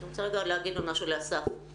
אני רוצה להגיד עוד משהו לאסף.